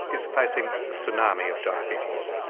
is facing a tsunami of diabetes.